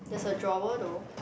there's a drawer though